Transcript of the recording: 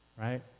right